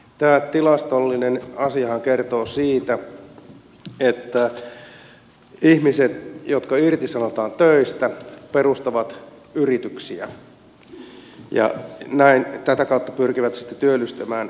tämä tilastollinen asiahan kertoo siitä että ihmiset jotka irtisanotaan töistä perustavat yrityksiä ja näin tätä kautta pyrkivät sitten työllistämään itsensä